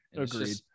Agreed